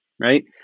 Right